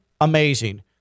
amazing